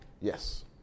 Yes